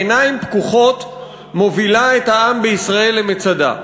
בעיניים פקוחות מובילה את העם בישראל למצדה.